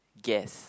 guess